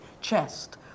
chest